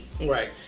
Right